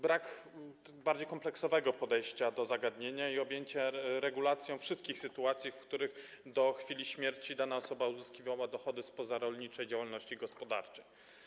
Brak jest bardziej kompleksowego podejścia do zagadnienia i objęcia regulacją wszystkich sytuacji, w których do chwili śmierci dana osoba uzyskiwała dochody z pozarolniczej działalności gospodarczej.